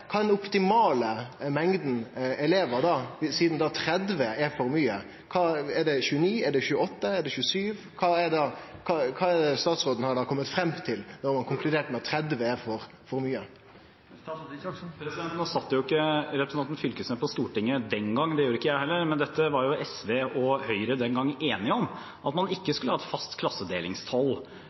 Kva er da den optimale mengda elevar, sidan 30 er for mykje? Er det 29, er det 28, er det 27? Kva er det statsråden har kome fram til når han har konkludert med at 30 er for mykje? Nå satt jo ikke representanten Knag Fylkesnes på Stortinget den gangen. Det gjorde ikke jeg heller. Men SV og Høyre var den gangen enige om at man ikke skulle ha et fast